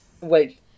Wait